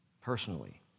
personally